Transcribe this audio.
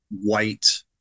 white